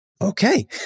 okay